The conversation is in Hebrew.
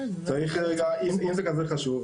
אם זה כזה חשוב,